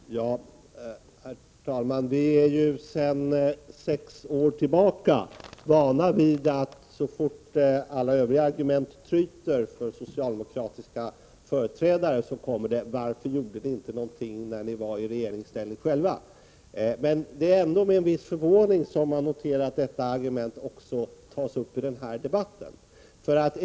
Herr talman! Vi är ju sedan sex år tillbaka vana vid att så fort alla övriga argument tryter för socialdemokratiska företrädare, kommer frågan: ”Varför gjorde ni inte någonting när ni var i regeringsställning själva?” Men det är ändå med en viss förvåning som man noterar att detta argument också tas upp i den här debatten.